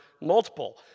multiple